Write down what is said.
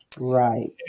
Right